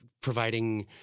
providing